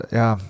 ja